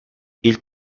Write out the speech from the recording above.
i̇lk